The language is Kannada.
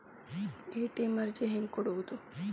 ಎ.ಟಿ.ಎಂ ಅರ್ಜಿ ಹೆಂಗೆ ಕೊಡುವುದು?